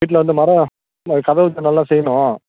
வீட்டில் வந்து மரம் இந்த கதவு ஜன்னல்லாம் செய்யணும்